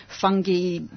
fungi